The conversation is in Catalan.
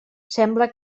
sembla